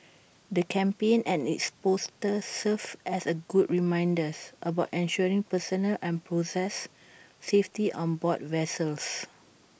the campaign and its posters serve as A good reminders about ensuring personal and process safety on board vessels